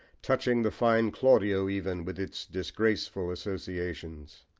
touching the fine claudio even with its disgraceful associations.